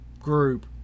group